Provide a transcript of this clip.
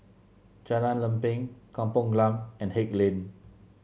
Jalan Lempeng Kampung Glam and Haig Lane